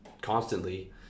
constantly